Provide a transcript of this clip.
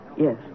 Yes